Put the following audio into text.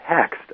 text